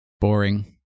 Boring